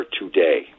today